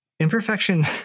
Imperfection